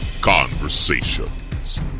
Conversations